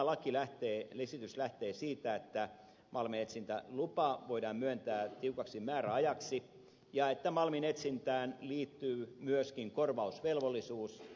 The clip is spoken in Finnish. nyt tämä esitys lähtee siitä että malminetsintälupa voidaan myöntää tiukaksi määräajaksi ja että malminetsintään liittyy myöskin korvausvelvollisuus